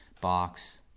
box